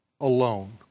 alone